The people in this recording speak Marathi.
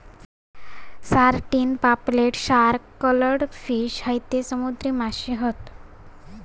सारडिन, पापलेट, शार्क, कटल फिश हयते समुद्री माशे हत